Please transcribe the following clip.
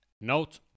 Note